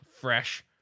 fresh